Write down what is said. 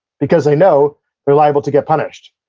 because they know they're liable to get punished,